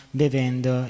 bevendo